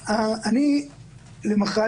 למחרת,